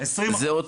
הן נשים.